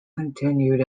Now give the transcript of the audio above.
continued